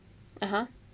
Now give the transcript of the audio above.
(uh huh)